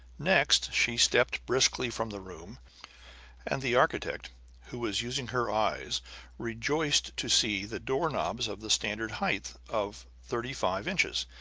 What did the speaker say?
next she stepped briskly from the room and the architect who was using her eyes rejoiced to see the door-knobs of the standard height of thirty-five inches,